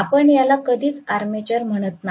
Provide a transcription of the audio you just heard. आपण याला कधीच आर्मेचर म्हणत नाही